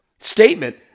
statement